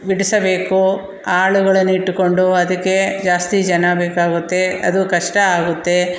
ಬಿಡಿಸಬೇಕು ಆಳುಗಳನ್ನಿಟ್ಟುಕೊಂಡು ಅದಕ್ಕೆ ಜಾಸ್ತಿ ಜನ ಬೇಕಾಗುತ್ತೆ ಅದು ಕಷ್ಟ ಆಗುತ್ತೆ